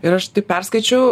ir aš taip perskaičiau